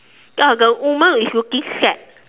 ya the woman is looking sad